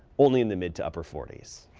only in the mid to upper forty s.